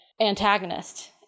antagonist